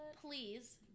please